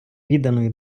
відданої